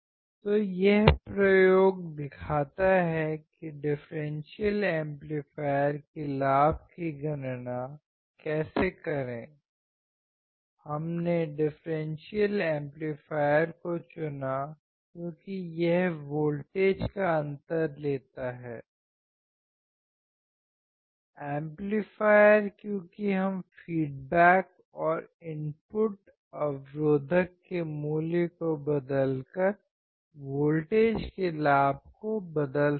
तो यह प्रयोग दिखाता है कि डिफ़्रेंसियल एम्पलीफायर के लाभ की गणना कैसे करें हमने डिफ़्रेंसियल एम्पलीफायर को चुना क्योंकि यह वोल्टेज का अंतर लेता है एम्पलीफायर क्योंकि हम फ़ीडबैक और इनपुट अवरोधक के मूल्य को बदलकर वोल्टेज के लाभ को बदल सकते हैं